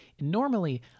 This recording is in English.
Normally